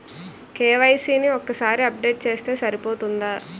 KYC ని ఒక్కసారి update చేస్తే సరిపోతుందా?